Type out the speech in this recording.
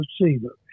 receiver